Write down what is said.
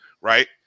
right